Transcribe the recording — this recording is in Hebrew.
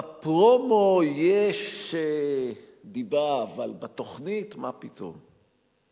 בפרומו יש דיבה אבל בתוכנית, מה פתאום?